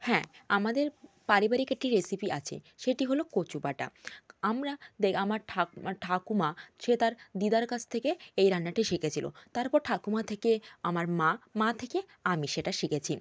হ্যাঁ আমাদের পারিবারিক একটি রেসিপি আছে সেটি হলো কচু বাটা আমরা আমার আমার ঠাকুমা সে তার দিদার কাছ থেকে এই রান্নাটি শিখেছিলো তারপর ঠাকুমা থেকে আমার মা মা থেকে আমি সেটা শিখেছি